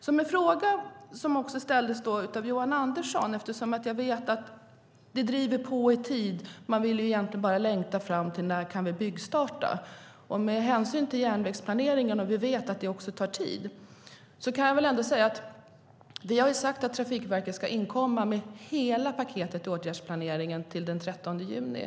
Johan Andersson ställde en fråga. Jag vet att det driver på i tid. Man vill egentligen bara längta fram. När kan vi byggstarta? Vi vet att järnvägsplanering tar tid. Vi har sagt att Trafikverket ska inkomma med hela paketet med åtgärdsplaneringen till den 13 juni.